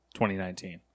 2019